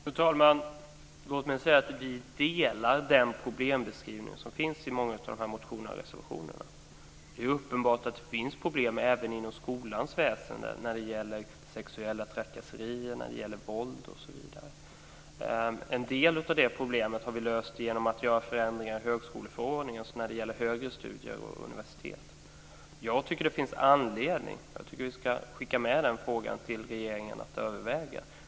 Fru talman! Låt mig säga att jag delar den problembeskrivning som finns i många av motionerna och reservationerna. Det är uppenbart att det finns problem även inom skolväsendet när det gäller sexuella trakasserier, våld osv. En del av de problemen har vi löst genom att göra förändringar i högskoleförordningen, alltså när det gäller högre studier och universitet. Jag tycker att vi ska skicka med frågan till regeringen att överväga.